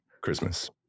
christmas